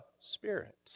Spirit